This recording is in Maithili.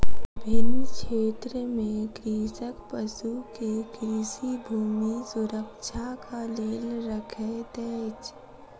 विभिन्न क्षेत्र में कृषक पशु के कृषि भूमि सुरक्षाक लेल रखैत अछि